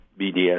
BDS